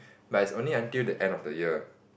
but it's only until the end of the year